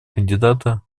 кандидата